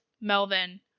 Melvin